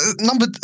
number